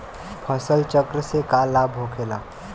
फसल चक्र से का लाभ होखेला?